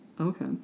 Okay